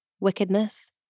wickedness